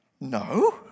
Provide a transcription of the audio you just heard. No